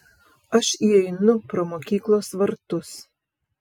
aš įeinu pro mokyklos vartus